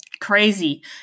crazy